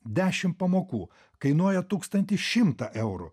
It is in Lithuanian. dešim pamokų kainuoja tūkstantį šimtą eurų